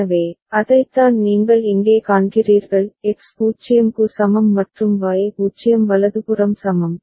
எனவே அதைத்தான் நீங்கள் இங்கே காண்கிறீர்கள் எக்ஸ் 0 க்கு சமம் மற்றும் Y 0 வலதுபுறம் சமம்